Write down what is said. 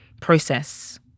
process